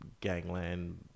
gangland